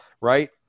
right